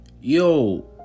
Yo